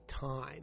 time